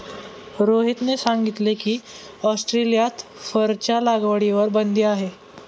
रोहितने सांगितले की, ऑस्ट्रेलियात फरच्या लागवडीवर बंदी आहे